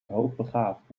hoogbegaafd